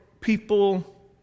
people